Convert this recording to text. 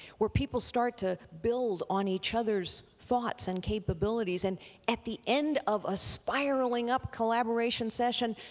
where people start to build on each other's thoughts and capabilities and at the end of a spiraling up collaboration session,